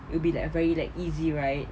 it will be like very like easy right